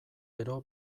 gero